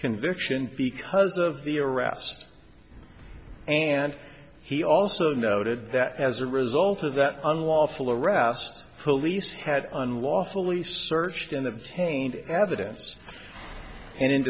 conviction because of the arrest and he also noted the as a result of that unlawful arrest police had unlawfully searched in the tainted evidence and